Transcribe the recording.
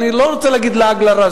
אני לא רוצה להגיד "לעג לרש",